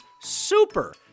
super